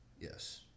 yes